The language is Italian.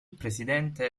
presidente